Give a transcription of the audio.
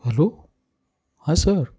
hello ହଁ sir